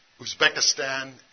Uzbekistan